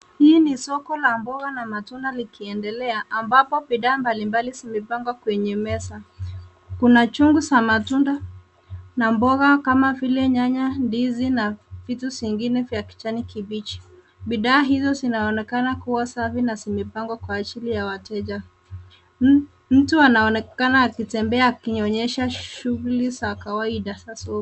Hii ni soko la matunda na mboga likiendelea ambapo bidhaa mbalimbali zimepangwa kwenye meza. Kuna chungu za matunda na mboga kama vile nyanya, ndizi na vitu vingine vya kijani kibichi. Bidhaa hizo zinaonekana kuwa safi na zimepanngwa kwa ajili ya wateja. Mtu anaonekana akitembea akionyesha shughuli za kawaida za sokoni.